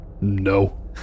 No